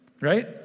right